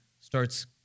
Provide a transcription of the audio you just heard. starts